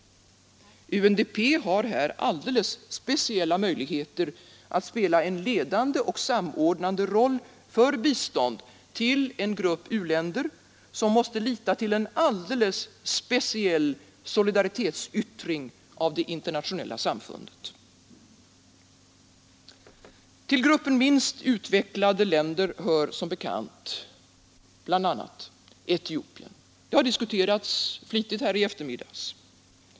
UNDP har här alldeles speciella möjligheter att spela en ledande och samordnande roll för biståndet till en grupp u-länder, som måste lita till en alldeles speciell solidaritetsyttring av det internationella samfundet. Till gruppen minst utvecklade länder hör som bekant bl.a. Etiopien. Det har diskuterats flitigt här i eftermiddags.